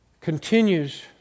continues